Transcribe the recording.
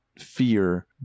fear